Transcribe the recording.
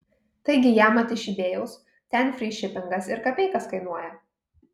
taigi jamat iš ibėjaus ten fry šipingas ir kapeikas kainuoja